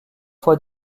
fois